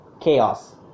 chaos